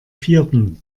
vierten